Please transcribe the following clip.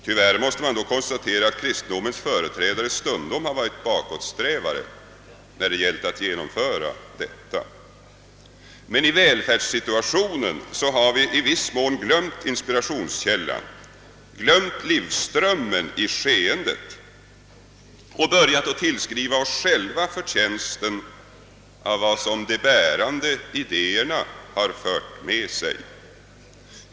Tyvärr måste man dock konstatera, att kristendomens företrädare stundom har varit bakåtsträvare när det gällt att genomföra detta. I välfärdssituwationen har vi i viss mån glömt inspirationskällan, glömt livsströmmen i skeendet och börjat tillskriva oss själva förtjänsten av vad de bärande idéerna har fört med sig.